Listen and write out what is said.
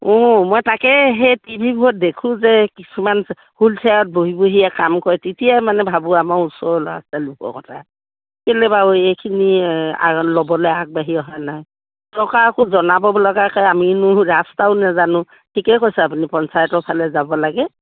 অঁ মই তাকে সেই টিভিবোৰত দেখোঁ যে কিছুমান হুইলচেয়াৰত বহি বহিয়ে কাম কৰে তেতিয়াই মানে ভাবোঁ আমাৰ ওচৰ ল'ৰা ছোৱালীবোৰৰ কথা কেলে বাৰু এইখিনি ল'বলে আগবাঢ়ি অহা নাই চৰকাৰকো জনাব লগাকে আমিনো ৰাস্তাত নেজানো ঠিকে কৈছে আপুনি পঞ্চায়তৰ ফালে যাব লাগে